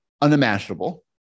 unimaginable